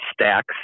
stacks